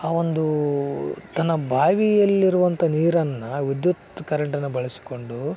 ಆ ಒಂದು ತನ್ನ ಬಾವಿಯಲ್ಲಿರುವಂಥ ನೀರನ್ನು ವಿದ್ಯುತ್ ಕರೆಂಟನ್ನು ಬಳಸಿಕೊಂಡು